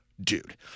dude